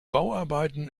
bauarbeiten